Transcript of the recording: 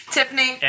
Tiffany